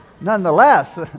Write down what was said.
nonetheless